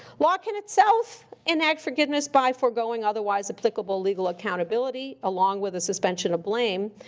law can, itself, enact forgiveness by foregoing otherwise applicable legal accountability, along with the suspension of blame.